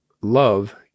love